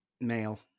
male